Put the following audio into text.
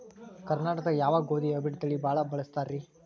ಕರ್ನಾಟಕದಾಗ ಯಾವ ಗೋಧಿ ಹೈಬ್ರಿಡ್ ತಳಿ ಭಾಳ ಬಳಸ್ತಾರ ರೇ?